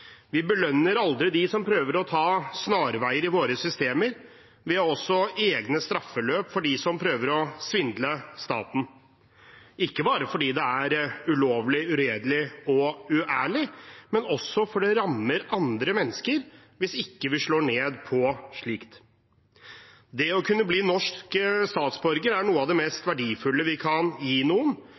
Vi belønner aldri dem som prøver å ta snarveier i våre systemer. Vi har også egne straffeløp for dem som prøver å svindle staten – ikke bare fordi det er ulovlig, uredelig og uærlig, men også fordi det rammer andre mennesker hvis ikke vi slår ned på slikt. Å kunne bli norsk statsborger er noe av det mest verdifulle vi kan gi noen